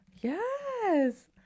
Yes